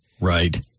Right